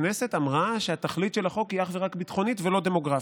הכנסת אמרה שהתכלית של החוק היא אך ורק ביטחונית ולא דמוגרפית.